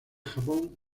japón